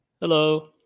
hello